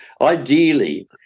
Ideally